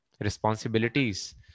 responsibilities